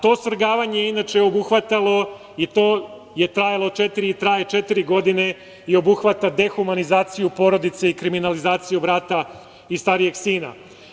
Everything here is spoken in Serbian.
To svrgavanje inače je obuhvatalo i to traje četiri godine i obuhvata dehumanizaciju porodice i kriminalizaciju brata i starijeg sina.